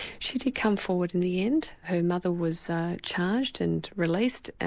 she did come forward in the end. her mother was charged and released,